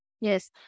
Yes